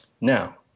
Now